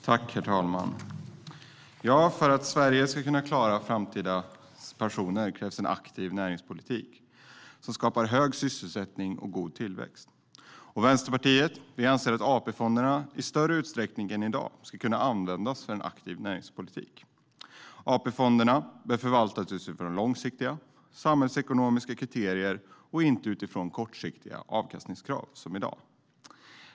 Herr talman! För att Sverige ska kunna klara framtida pensioner krävs en aktiv näringspolitik som skapar hög sysselsättning och god tillväxt. Vänsterpartiet anser att AP-fonderna i större utsträckning än i dag ska kunna användas för en aktiv näringspolitik. AP-fonderna bör förvaltas utifrån långsiktiga och samhällsekonomiska kriterier och inte utifrån kortsiktiga avkastningskrav som i dag.